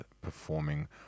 performing